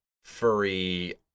furry